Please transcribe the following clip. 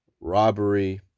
robbery